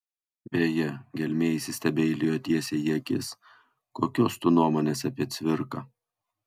beje gelmė įsistebeilijo tiesiai į akis kokios tu nuomonės apie cvirką